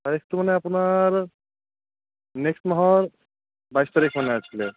তাৰিখটো মানে আপোনাৰ নেক্সট মাহৰ বাইছ তাৰিখ মানে আছিলে